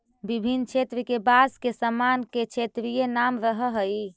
विभिन्न क्षेत्र के बाँस के सामान के क्षेत्रीय नाम रहऽ हइ